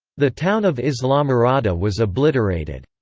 the town of islamorada was obliterated.